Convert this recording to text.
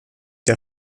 der